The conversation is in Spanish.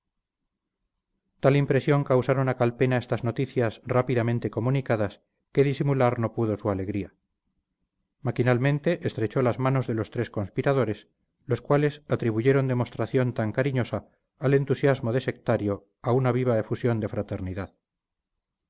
tenemos tal impresión causaron a calpena estas noticias rápidamente comunicadas que disimular no pudo su alegría maquinalmente estrechó las manos de los tres conspiradores los cuales atribuyeron demostración tan cariñosa al entusiasmo de sectario a una viva efusión de fraternidad